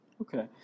Okay